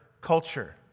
culture